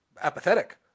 apathetic